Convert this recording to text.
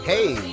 Hey